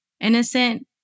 innocent